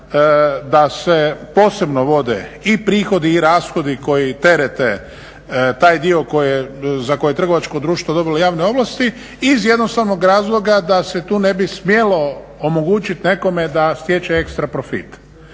da se posebno vode i prihodi i rashodi koji terete taj dio za koje trgovačko društvo dobilo javne ovlasti iz jednostavnog razloga da se tu ne bi smjelo omogućiti nekome da stječe ekstra profit